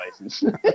license